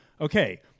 okay